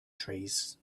trees